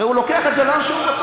הרי הוא לוקח את זה לאן שהוא רוצה.